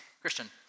Christian